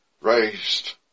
raised